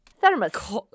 Thermos